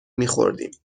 میخوردیم